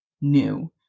new